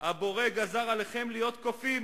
הבורא גזר עליכם להיות קופים